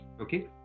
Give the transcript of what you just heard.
okay